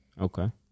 Okay